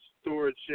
storage